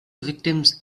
victims